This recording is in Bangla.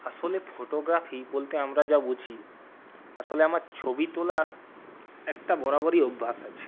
আসলে ফটোগ্রাফি বলতে আমরা যা বুঝি আসলে আমার ছবি তোলার একটা বরাবরই অভ্যাস আছে